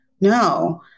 No